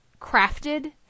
crafted